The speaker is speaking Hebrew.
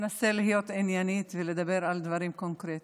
אני אנסה להיות עניינית ולדבר על דברים קונקרטיים.